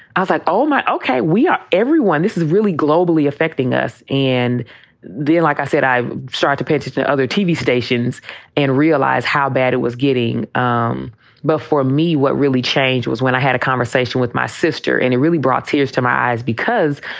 i thought, like oh, my, okay. we are everyone. this is really globally affecting us. and then, like i said, i start to pitch it to other tv stations and realize how bad it was getting um before me. what really changed was when i had a conversation with my sister and it really brought tears to my eyes because,